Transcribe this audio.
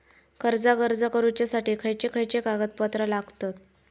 कर्जाक अर्ज करुच्यासाठी खयचे खयचे कागदपत्र लागतत